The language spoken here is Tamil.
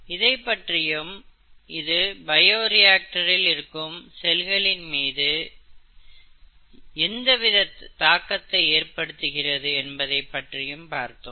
இதைப்பற்றியும் இது பயோரியாக்டரில் இருக்கும் செல்களின் மீது எந்தவித தாக்கத்தை ஏற்படுத்துகிறது என்பதை பற்றியும் பார்த்தோம்